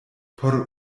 por